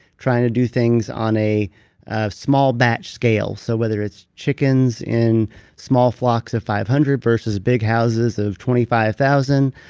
trying to do things on a small batch scale. so whether it's chickens in small flocks of five hundred, versus big houses of twenty five thousand,